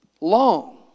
Long